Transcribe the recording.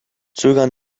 zögern